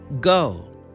Go